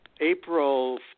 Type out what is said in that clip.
April